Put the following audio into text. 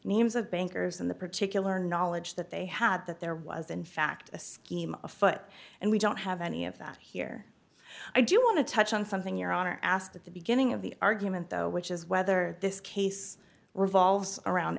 names of bankers and the particular knowledge that they had that there was in fact a scheme afoot and we don't have any of that here i do want to touch on something your honor asked at the beginning of the argument though which is whether this case revolves around